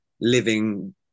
living